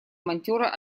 монтера